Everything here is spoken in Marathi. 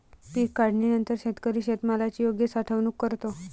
पीक काढणीनंतर शेतकरी शेतमालाची योग्य साठवणूक करतो